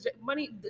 money